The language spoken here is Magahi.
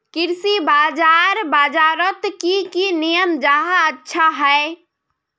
कृषि बाजार बजारोत की की नियम जाहा अच्छा हाई?